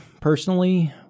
personally